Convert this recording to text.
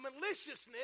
maliciousness